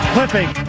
Clipping